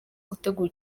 gutegura